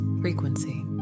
frequency